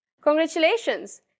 congratulations